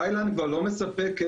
תאילנד כבר לא מספקת